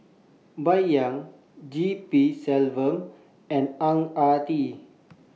Bai Yan G P Selvam and Ang Ah Tee